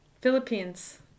Philippines